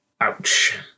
Ouch